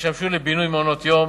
שישמשו לבינוי מעונות-יום,